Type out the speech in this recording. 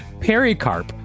pericarp